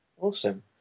awesome